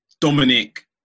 Dominic